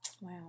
wow